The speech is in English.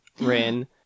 Rin